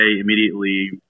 immediately